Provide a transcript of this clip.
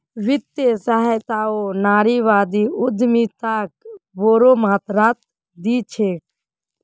वित्तीय सहायताओ नारीवादी उद्यमिताक बोरो मात्रात दी छेक